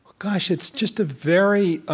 gosh, it's just a very